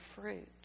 fruit